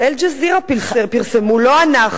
"אל-ג'זירה" פרסמו, לא אנחנו.